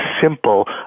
simple